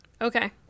Okay